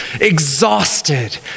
exhausted